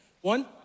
One